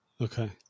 Okay